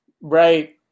Right